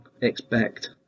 expect